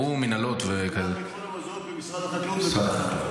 מינהל המזון זה במשרד החקלאות ושר החקלאות.